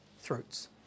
throats